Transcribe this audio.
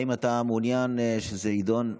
האם אתה מעוניין שזה יידון בוועדה?